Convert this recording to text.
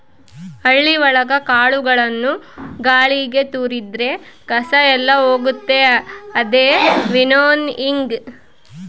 ಹಳ್ಳಿ ಒಳಗ ಕಾಳುಗಳನ್ನು ಗಾಳಿಗೆ ತೋರಿದ್ರೆ ಕಸ ಎಲ್ಲ ಹೋಗುತ್ತೆ ಅದೇ ವಿನ್ನೋಯಿಂಗ್